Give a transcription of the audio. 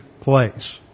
place